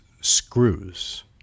screws